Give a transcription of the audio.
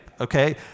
okay